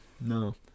No